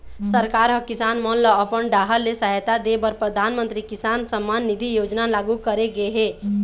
सरकार ह किसान मन ल अपन डाहर ले सहायता दे बर परधानमंतरी किसान सम्मान निधि योजना लागू करे गे हे